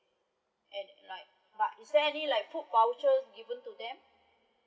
and like what is there any like food voucher given to them